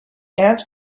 ant